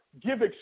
give